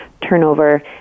turnover